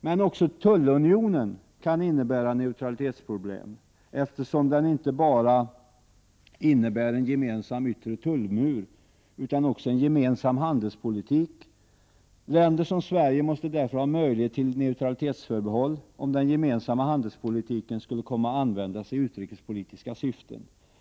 Men också tullunionen kan innebära neutralitetsproblem, eftersom den inte bara innebär en gemensam yttre tullmur utan också en gemensam handelspolitik. Länder som Sverige måste därför ha möjlighet till ett neutralitetsförbehåll, om den gemensamma handelspolitiken skulle komma att användas i utrikespolitiska syften.